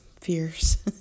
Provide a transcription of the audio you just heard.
fierce